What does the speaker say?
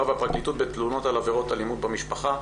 והפרקליטות בתלונות על עבירות אלימות במשפחה.